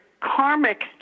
karmic